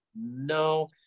no